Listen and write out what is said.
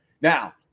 Now